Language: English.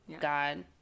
God